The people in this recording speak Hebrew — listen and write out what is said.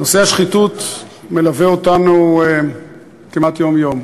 נושא השחיתות מלווה אותנו כמעט יום-יום.